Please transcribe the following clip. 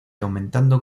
aumentando